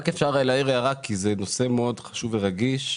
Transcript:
אני רוצה להעיר הערה כי זה נושא מאוד חשוב ורגיש.